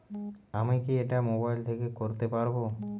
আমি কি এটা মোবাইল থেকে করতে পারবো?